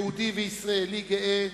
יהודי וישראלי גאה,